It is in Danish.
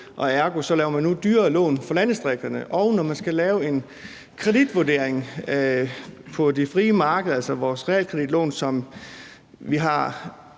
og ergo laver man nu dyrere lån for landdistrikterne, og at når man skal lave en kreditvurdering på det frie marked, altså vores realkreditlån, som vi har